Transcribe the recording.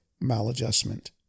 maladjustment